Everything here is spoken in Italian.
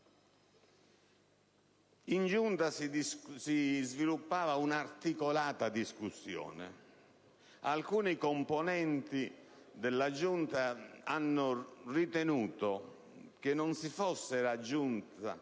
In Giunta si sviluppava un'articolata discussione. Alcuni componenti della Giunta hanno ritenuto che non si fosse raggiunta